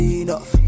enough